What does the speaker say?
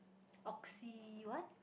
oxy what